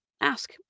ask